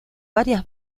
varias